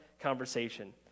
conversation